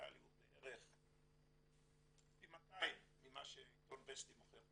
בערך פי 200 ממה שעיתון וסטי מוכר,